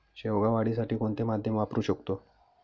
शेवगा वाढीसाठी कोणते माध्यम वापरु शकतो?